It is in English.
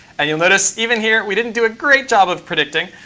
and you'll notice, even here, we didn't do a great job of predicting.